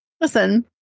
Listen